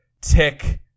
Tick